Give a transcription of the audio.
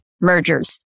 mergers